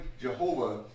Jehovah